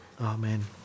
Amen